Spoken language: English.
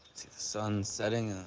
it's the the sun setting.